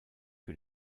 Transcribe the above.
que